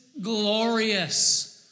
Glorious